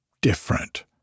different